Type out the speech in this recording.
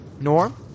Norm